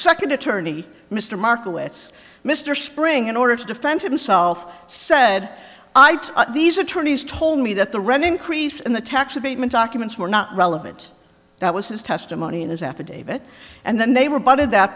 second attorney mr markowitz mr spring in order to defend himself said i to these attorneys told me that the rent increase and the tax abatement documents were not relevant that was his testimony in his affidavit and then they were butted that